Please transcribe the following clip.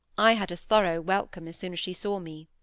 i had a thorough welcome as soon as she saw me.